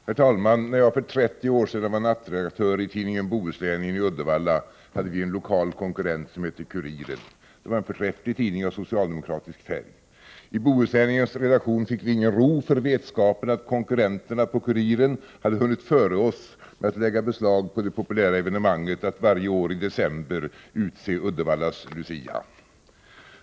Herr talman! När jag för 30 år sedan var nattredaktör på tidningen Bohusläningen i Uddevalla hade vi en lokal konkurrent som hette Kuriren. Det var en förträfflig tidning av socialdemokratisk färg. I Bohusläningens redaktion fick vi ingen ro för vetskapen om att konkurrenterna på Kuriren hade hunnit före oss med att lägga beslag på det populära evenemanget att varje år i december utse Uddevallas Lucia.